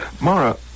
Mara